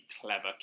clever